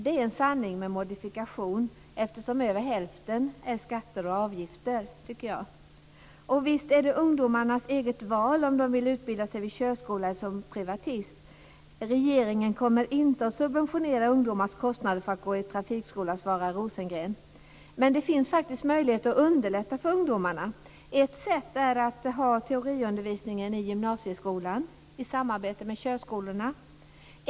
Det är en sanning med modifikation eftersom över hälften, menar jag, är skatter och avgifter. Och visst är det ungdomarnas eget val om de vill utbilda sig vid körskola eller som privatist. Regeringen kommer inte att subventionera ungdomars kostnader för att gå i trafikskola, svarar Rosengren. Men det finns faktiskt möjligheter att underlätta för ungdomarna. Ett sätt är att ha teoriundervisningen i gymnasieskolan i samarbete med körskolorna.